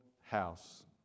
house